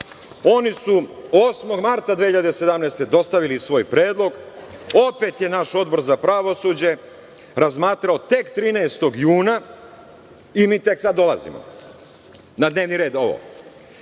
Oni su 8. marta 2017. godine dostavili svoj predlog. Opet je naš Odbor za pravosuđe razmatrao tek 13. juna, i tek sad dolazi na dnevni red ovo. Što